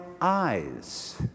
eyes